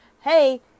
hey